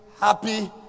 happy